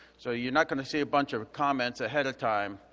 so you're not gonna see a bunch of comments ahead of time.